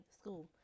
School